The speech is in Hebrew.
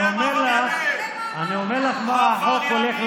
אני אומר לך מה החוק הולך לעשות.